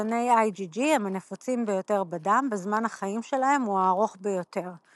נוגדני IgG הם הנפוצים ביותר בדם וזמן החיים שלהם הוא הארוך ביותר.